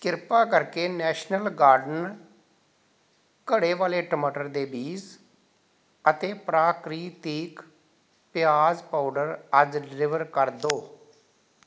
ਕਿਰਪਾ ਕਰਕੇ national garden ਘੜੇ ਵਾਲੇ ਟਮਾਟਰ ਦੇ ਬੀਜ ਅਤੇ ਪ੍ਰਕ੍ਰਿਤੀਕ ਪਿਆਜ਼ ਪਾਊਡਰ ਅੱਜ ਡਿਲੀਵਰ ਕਰ ਦਿਉ